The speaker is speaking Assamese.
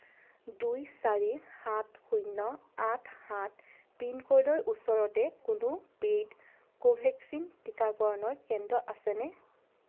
দুই চাৰি সাত শূণ্য আঠ সাত পিনক'ডৰ ওচৰতে কোনো পে'ইড কোভেক্সিন টিকাকৰণৰ কেন্দ্ৰ আছেনে